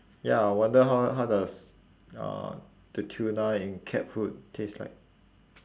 ya wonder how how does uh the tuna in cat food taste like